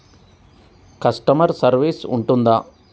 Customer service ఉంటుందా?